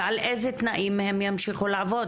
ועל איזה תנאים הם ימשיכו לעבוד.